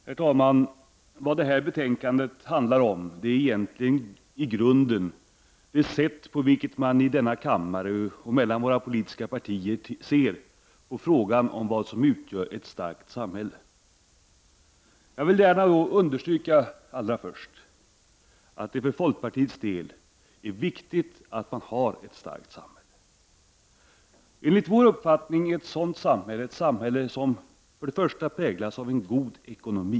Herr talman! Vad detta betänkande handlar om är egentligen det sätt på vilket man i denna kammare och i våra politiska partier ser på frågan om vad som utgör ett starkt samhälle. Låt mig allra först understryka att det för folkpartiets vidkommande är viktigt att man har ett starkt samhälle. Enligt vår uppfattning är ett sådant samhälle ett samhälle som först och främst präglas av en god ekonomi.